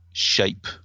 shape